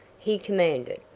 he commanded.